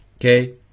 Okay